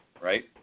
right